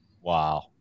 wow